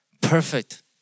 Perfect